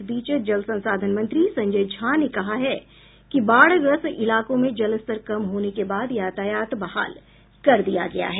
इस बीच जल संसाधन मंत्री संजय झा ने कहा है कि बाढ़ग्रस्त इलाकों में जलस्तर कम होने के बाद यातायात बहाल कर दिया गया है